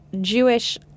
Jewish